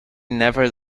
never